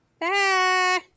Bye